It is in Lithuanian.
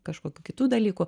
kažkokių kitų dalykų